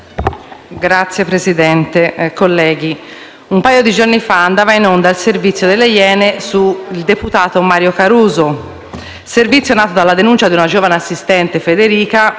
Signor Presidente, colleghi, un paio di giorni fa è andato in onda un servizio delle «Iene» sul deputato Mario Caruso, nato dalla denuncia di una giovane assistente, Federica,